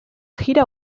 gira